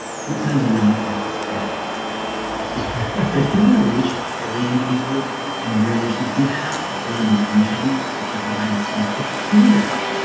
sometimes a nonprofit's a great way to do that. but if if you want to reach a billion people and really. you have to build an engine that can provide that service. the key, though,